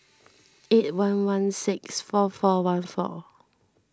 eight one one six four four one four